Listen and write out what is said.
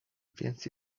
więc